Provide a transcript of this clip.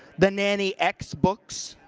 the nanny x books.